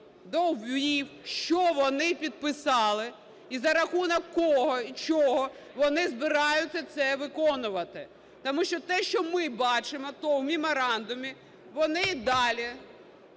довів, що вони підписали і за рахунок кого й чого вони збираються це виконувати. Тому що те, що ми бачимо, то в меморандумі вони далі